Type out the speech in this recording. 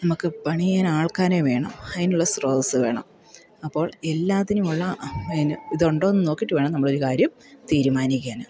നമുക്ക് പണി ചെയ്യാൻ ആൾക്കാരെ വേണം അതിനുള്ള ശ്രോതസ്സ് വേണം അപ്പോൾ എല്ലാറ്റിനുമുള്ള അതിന് ഇതുണ്ടോയെന്നു നോക്കിയിട്ടു വേണം നമ്മളൊരു കാര്യം തീരുമാനിക്കാൻ